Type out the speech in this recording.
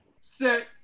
Set